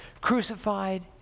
crucified